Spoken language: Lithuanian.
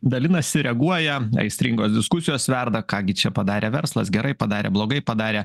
dalinasi reaguoja aistringos diskusijos verda ką gi čia padarė verslas gerai padarė blogai padarė